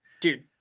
dude